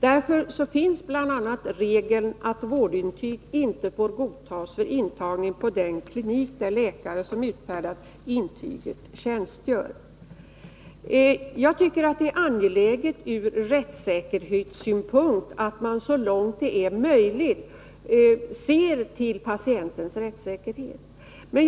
Därför finns bl.a. regeln att vårdintyg inte får godtas för intagning på den klinik där läkare som utfärdat intyget tjänstgör. Jag tycker att det ur rättssäkerhetssynpunkt är angeläget att man så långt det är möjligt ser till patientens rättssäkerhet.